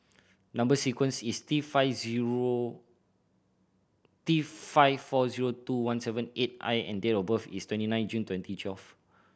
number sequence is T five zero T five four zero two one seven eight I and date of birth is twenty nine June twenty twelve